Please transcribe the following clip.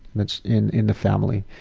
which in in the family.